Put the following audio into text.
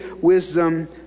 wisdom